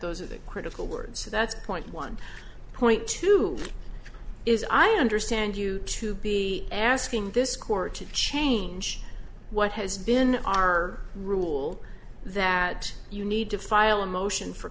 those are the critical words so that's point one point two is i understand you to be asking this court to change what has been our rule that you need to file a motion for